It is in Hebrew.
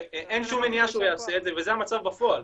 ואין שום מניעה שהוא יעשה את זה, וזה המצב בפועל.